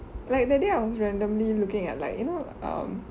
like that day I was randomly looking at like you know um